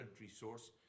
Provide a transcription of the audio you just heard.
resource